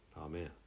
Amen